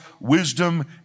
wisdom